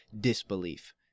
disbelief